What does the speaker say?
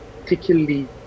particularly